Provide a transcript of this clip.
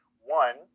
One